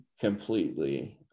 completely